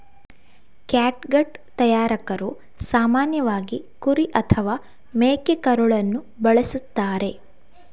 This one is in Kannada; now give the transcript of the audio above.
ಕ್ಯಾಟ್ಗಟ್ ತಯಾರಕರು ಸಾಮಾನ್ಯವಾಗಿ ಕುರಿ ಅಥವಾ ಮೇಕೆಕರುಳನ್ನು ಬಳಸುತ್ತಾರೆ